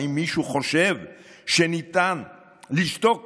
האם מישהו חושב שניתן לשתוק